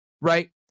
right